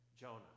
Jonah